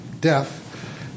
death